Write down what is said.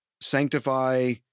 sanctify